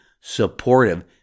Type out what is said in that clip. supportive